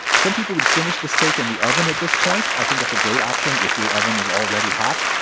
some people would finish the steak in the oven at this point i think that's a great option if your oven is already hot.